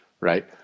right